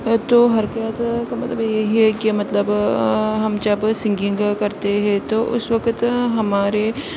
تو حرکیات کا مطلب یہی ہے کہ مطلب ہم جب سنگنگ کرتے ہیں تو اس وقت ہمارے